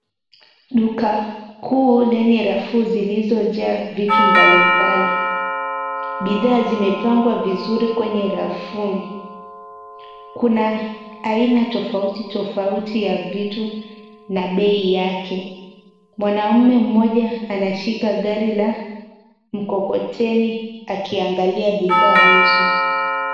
Duka kuu lenye rafu zilizo jaa vitu mbalimbali. Bidhaa zimepangwa vizuri kwenye rafu. Kuna aina tofauti tofauti ya vitu na bei yake. Mwanaume mmoja anashika gari la mkokoteni aki angalia bidhaa hizo.